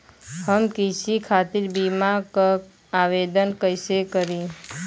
हम कृषि खातिर बीमा क आवेदन कइसे करि?